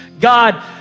God